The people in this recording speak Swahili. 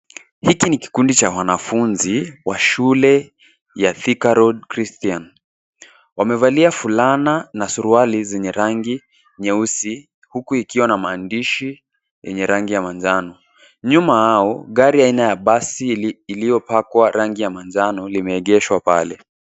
Hiki ni kikundi cha wanafunzi wa shule ya Thika Road Christian . Wamevalia fulana na suruali zenye rangi nyeusi huku ikiwa na maandishi yenye rangi ya manjano. Nyuma yao, gari aina ya basi iliyopakwa rangi ya manjano limeegeshwa pale.